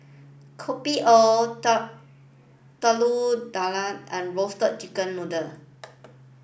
Kopi O Telur Dadah and Roasted Chicken Noodle